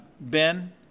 Ben